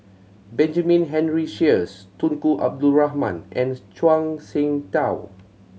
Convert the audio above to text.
Benjamin Henry Sheares Tunku Abdul Rahman and Zhuang Shengtao